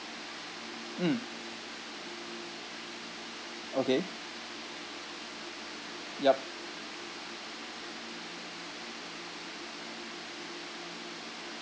mm okay yup